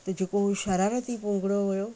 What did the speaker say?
त जेको उहो शरारती पुंगड़ो हुयो